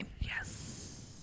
Yes